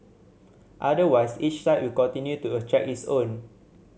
otherwise each site will continue to attract its own